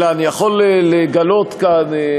אלא אני יכול לגלות כאן,